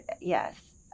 yes